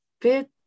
bit